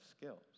skills